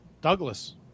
Douglas